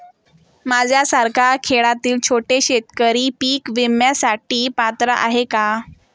माझ्यासारखा खेड्यातील छोटा शेतकरी पीक विम्यासाठी पात्र आहे का?